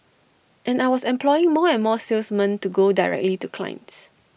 and I was employing more and more salesmen to go directly to clients